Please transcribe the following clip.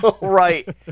right